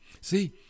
See